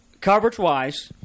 coverage-wise